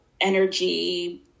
energy